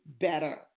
Better